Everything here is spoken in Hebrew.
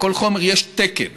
לכל חומר יש תקן